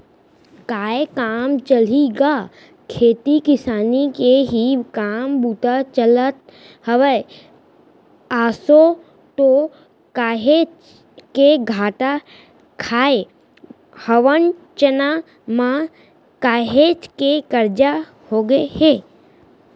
काय काम चलही गा खेती किसानी के ही काम बूता चलत हवय, आसो तो काहेच के घाटा खाय हवन चना म, काहेच के करजा होगे हे